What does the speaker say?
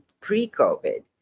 pre-COVID